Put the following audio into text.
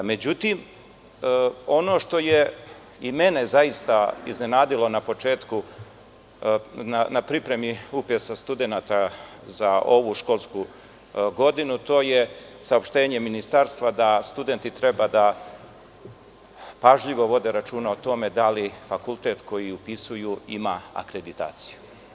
Međutim, Međutim, ono što je i mene zaista iznenadilo na početku, na pripremi upisa studenata za ovu školsku godinu, je saopštenje Ministarstva da studenti treba da pažljivo vode računa o tome da li fakultet koji upisuju ima akreditaciju.